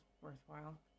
worthwhile